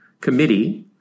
committee